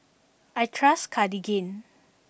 I trust Cartigain